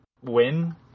win